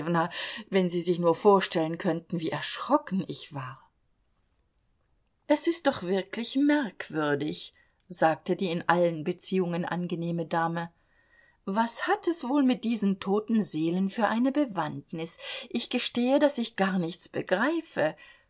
wenn sie sich nur vorstellen könnten wie erschrocken ich war es ist doch wirklich merkwürdig sagte die in allen beziehungen angenehme dame was hat es wohl mit diesen toten seelen für eine bewandtnis ich gestehe daß ich gar nichts begreife